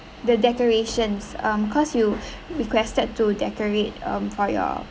the decorations um cause you requested to decorate um for your